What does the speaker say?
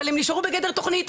אבל הן נשארו בגדר תוכנית,